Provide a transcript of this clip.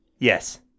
Yes